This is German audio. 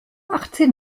achtzehn